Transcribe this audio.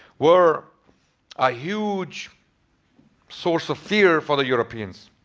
were a huge source of fear for the europeans.